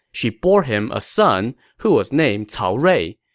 she bore him a son, who was named cao rui.